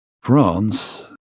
France